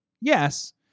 Yes